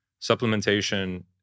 supplementation